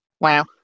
Wow